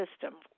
system